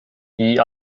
die